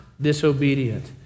disobedient